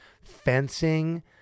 fencing